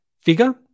figure